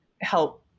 help